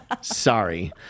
sorry